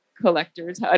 collectors